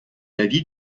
l’avis